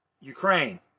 Ukraine